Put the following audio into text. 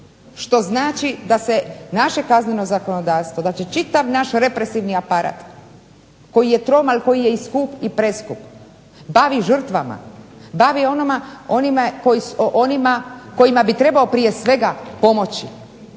što znači da se naše kazneno zakonodavstvo, da će čitav naš represivni aparat koji je trom, ali koji je i skup i preskup bavi žrtvama, bavi onima kojima bi trebao prije svega pomoći,